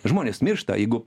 žmonės miršta jeigu